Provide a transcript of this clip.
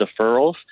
deferrals